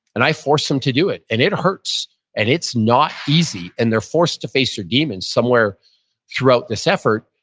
and i force them to do it, and it hurts and it's not easy, and they're forced to face their demons somewhere throughout this effort.